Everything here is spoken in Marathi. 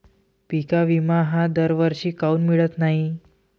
पिका विमा हा दरवर्षी काऊन मिळत न्हाई?